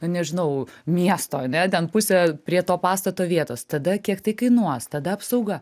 nežinau miesto ane ten pusę prie to pastato vietos tada kiek tai kainuos tada apsauga